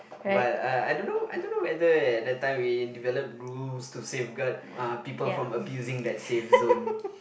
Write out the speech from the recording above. but I I don't know I don't know whether that time we develop rules to safeguard uh people from abusing that safe zone